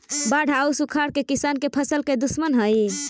बाढ़ आउ सुखाड़ किसान के फसल के दुश्मन हइ